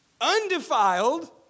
undefiled